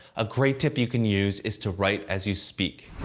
a great tip you can use is to write as you speak.